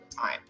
time